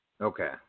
Okay